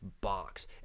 box